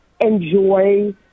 enjoy